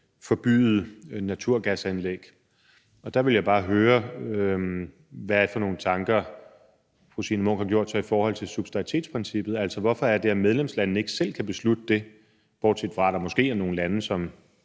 forbyde naturgasanlæg. Og der vil jeg bare høre, hvilke tanker fru Signe Munk har gjort sig i forhold til subsidiaritetsprincippet. Altså, hvorfor er det, at medlemslandene ikke selv kan beslutte det, bortset fra at der måske er nogle lande,